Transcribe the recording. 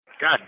God